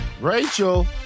Rachel